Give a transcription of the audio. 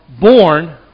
born